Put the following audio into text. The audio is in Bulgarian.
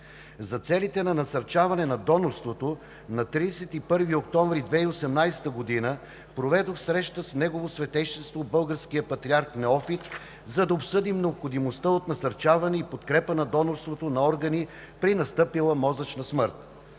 За целите на насърчаване на донорството на 31 октомври 2018 г. проведох среща с Негово Светейшество българския патриарх Неофит, за да обсъдим необходимостта от насърчаване и подкрепа на донорството на органи при настъпила мозъчна смърт.